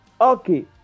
Okay